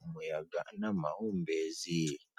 umugabo wambaye imyenda ya kacyi.